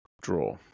Draw